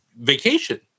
vacation